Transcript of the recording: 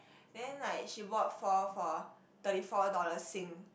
then like she bought four for thirty four dollars sing